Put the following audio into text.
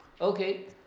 Okay